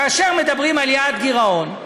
כאשר מדברים על יעד גירעון,